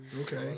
Okay